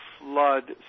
flood